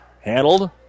handled